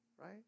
right